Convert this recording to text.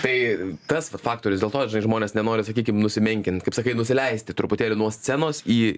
tai tas vat faktorius dėl to žnai žmonės nenori sakykim nusimenkint kaip sakai nusileisti truputėlį nuo scenos į